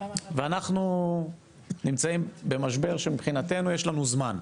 ואנחנו נמצאים במשבר שמבחינתנו יש לנו זמן.